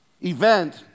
event